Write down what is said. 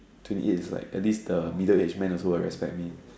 twenty eight is like at least the middle age man also will respect me